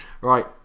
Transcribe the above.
right